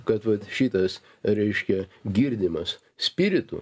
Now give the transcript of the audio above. kad vat šitas reiškia girdymas spiritu